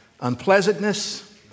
unpleasantness